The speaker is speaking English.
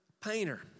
painter